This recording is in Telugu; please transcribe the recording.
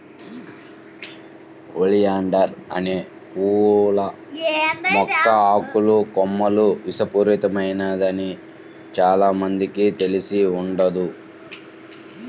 ఒలియాండర్ అనే పూల మొక్క ఆకులు, కొమ్మలు విషపూరితమైనదని చానా మందికి తెలిసి ఉండదు